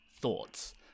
thoughts